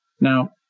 Now